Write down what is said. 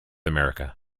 america